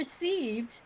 received